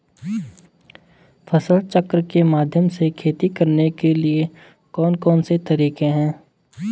फसल चक्र के माध्यम से खेती करने के लिए कौन कौन से तरीके हैं?